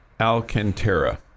Alcantara